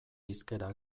hizkera